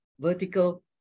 vertical